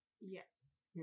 Yes